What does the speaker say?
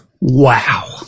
Wow